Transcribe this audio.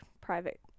private